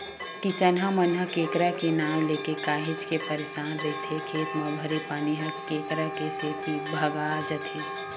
किसनहा मन ह केंकरा के नांव लेके काहेच के परसान रहिथे खेत म भरे पानी ह केंकरा के सेती भगा जाथे